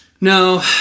No